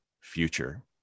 future